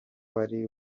bwari